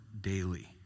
daily